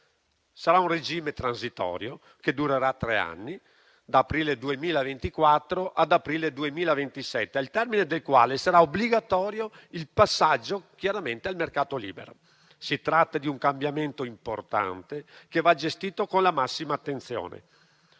Sarà un regime transitorio che durerà tre anni, da aprile 2024 ad aprile 2027, al termine del quale sarà obbligatorio il passaggio al mercato libero. Si tratta di un cambiamento importante che va gestito con la massima attenzione